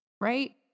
Right